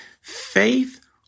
faith